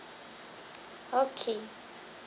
okay